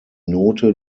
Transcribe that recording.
note